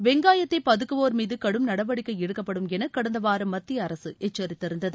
வெங்காயத்தைபதுக்குவோர் மீதுகடும் நடவடிக்கைஎடுக்கப்படும் எனகடந்தவாரம் மத்தியஅரசுஎச்சரித்திருந்தது